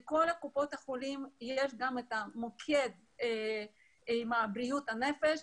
לכל קופות החולים יש את המוקד של בריאות הנפש.